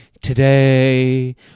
today